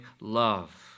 love